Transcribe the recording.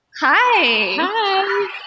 Hi